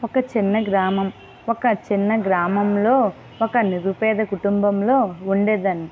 ఒక చిన్న గ్రామం ఒక చిన్న గ్రామంలో ఒక నిరుపేద కుటుంబంలో ఉండేదాన్ని